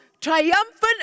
triumphant